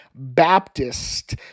Baptist